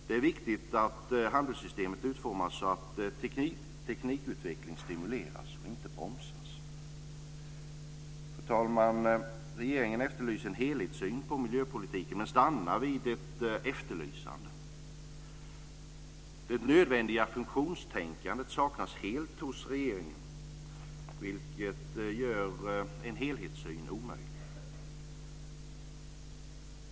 Det är viktigt att handelssystemet utformas så att teknikutveckling stimuleras och inte bromsas. Fru talman! Regeringen efterlyser en helhetssyn på miljöpolitiken, men stannar vid ett efterlysande. Det nödvändiga funktionstänkandet saknas helt hos regeringen, vilket gör en helhetssyn omöjlig.